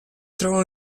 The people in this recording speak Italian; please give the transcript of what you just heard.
trovano